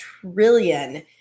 trillion